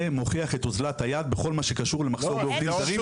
זה מוכיח את אוזלת היד בכל מה שקשור למחסור בעובדים זרים.